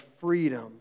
freedom